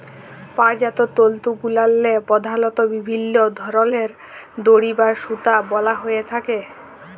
পাটজাত তলতুগুলাল্লে পধালত বিভিল্ল্য ধরলের দড়ি বা সুতা বলা হ্যঁয়ে থ্যাকে